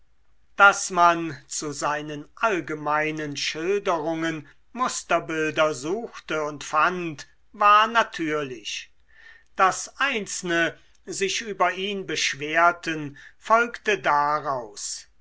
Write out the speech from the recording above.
daß man zu seinen allgemeinen schilderungen musterbilder suchte und fand war natürlich daß einzelne sich über ihn beschwerten folgte daraus